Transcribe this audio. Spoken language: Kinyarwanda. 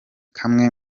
kamwe